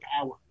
power